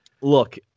look